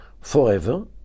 forever